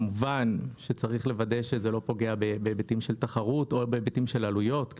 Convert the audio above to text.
כמובן שצריך לוודא שזה לא פוגע בהיבטים של תחרות או בהיבטים של עלויות.